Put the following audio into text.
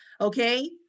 Okay